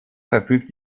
verfügt